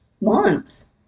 months